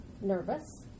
nervous